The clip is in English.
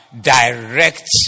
direct